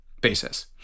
basis